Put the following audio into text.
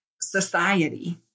society